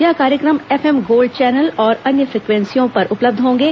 यह कार्यक्रम FM gold channel और अन्य फ्रिक्वेसियों पर उपलब्ध होंगे